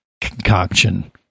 concoction